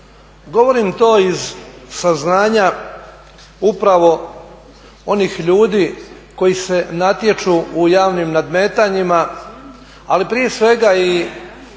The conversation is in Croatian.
Govorim to iz saznanja upravo onih ljudi koji se natječu u javnim nadmetanjima ali prije svega i